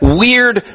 weird